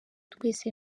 twese